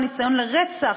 ניסיון לרצח,